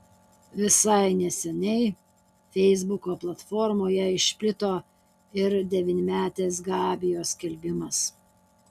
visai neseniai feisbuko platformoje išplito ir devynmetės gabijos skelbimas